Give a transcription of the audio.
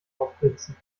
aufblitzen